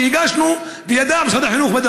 כשהגשנו ומשרד חינוך,